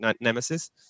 nemesis